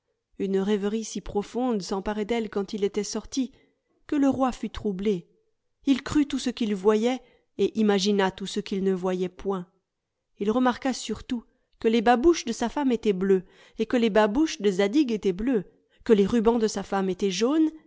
une rêverie si profonde s'emparait d'elle quand il était sorti que le roi fut troublé il crut tout ce qu'il voyait et imagina tout ce qu'il ne voyait point il remarqua surtout que les babouches de sa femme étaient bleues et que les babouches de zadig étaient bleues que les rubans de sa femme étaient jaunes